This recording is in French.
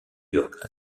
york